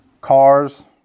cars